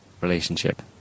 relationship